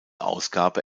ausgabe